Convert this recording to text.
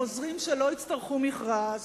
עוזרים שלא יצטרכו מכרז,